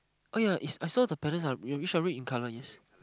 oh ya is I saw the parents are whichever in colour is